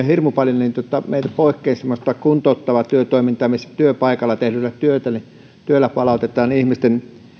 hirmu paljon pois semmoista kuntouttavaa työtoimintaa missä työpaikalla tehdyllä työllä palautetaan ihmisten